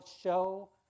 show